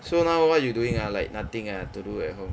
so now what you doing ah like nothing ah to do at home